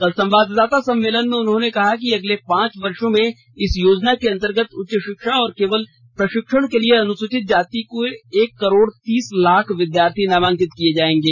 कल संवाददाता सम्मेलन में उन्होंने कहा कि अगले पांच वर्षो में इस योजना के अंतर्गत उच्च शिक्षा और कौशल प्रशिक्षण के लिए अनुसूचित जाति के एक करोड़ तीस लाख विद्यार्थी नामांकित किए जाएंगे